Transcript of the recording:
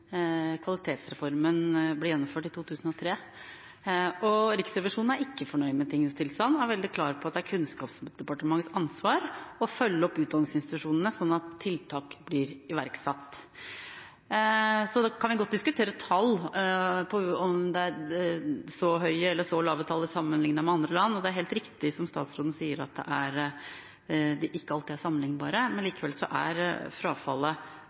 kvalitetsreformen ble gjennomført, i 2003. Riksrevisjonen er ikke fornøyd med tingenes tilstand og er veldig klar på at det er Kunnskapsdepartementets ansvar å følge opp utdanningsinstitusjonene, slik at tiltak blir iverksatt. Så kan vi godt diskutere tall – om det er så høye eller så lave tall, sammenlignet med andre land. Det er helt riktig som statsråden sier, at de ikke alltid er sammenlignbare. Likevel er frafallet